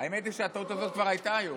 אתה תקשיב,